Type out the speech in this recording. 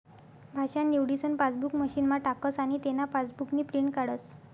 भाषा निवडीसन पासबुक मशीनमा टाकस आनी तेना पासबुकनी प्रिंट काढस